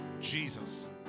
Jesus